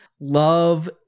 love